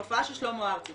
הופעה של שלמה ארצי,